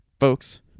Folks